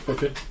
Okay